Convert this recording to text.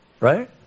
Right